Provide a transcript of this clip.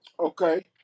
Okay